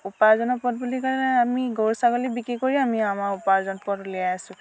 উপাৰ্জনৰ পথ বুলি ক'লে আমি গৰু ছাগলী বিক্ৰী কৰি আমি আমাৰ উপাৰ্জনৰ পথ উলিয়াই আছোঁ